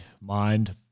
mind